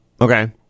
Okay